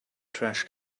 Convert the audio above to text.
trash